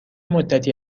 مدتی